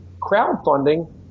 crowdfunding